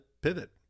pivot